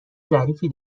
ظریفی